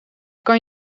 kan